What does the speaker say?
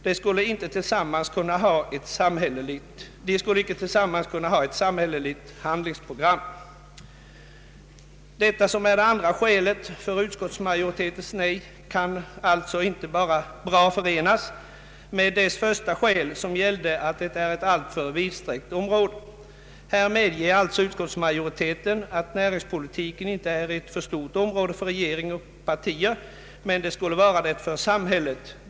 De skulle inte tillsammans kunna ha ett samhälleligt handlingsprogram. Detta, som är det andra skälet för utskottsmajoritetens nej, kan alltså inte bra förenas med dess första skäl, som gällde att det är ett alltför vidsträckt område. Här medger alltså utskottsmajoriteten att näringspolitiken inte är ett så stort område för regering och partier — men skulle vara det för samhället.